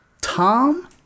Tom